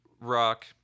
rock